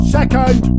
Second